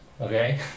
Okay